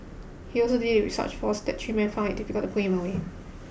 he also did it with such force that three men found it difficult to pull him away